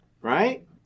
right